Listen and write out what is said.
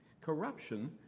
Corruption